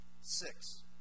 Six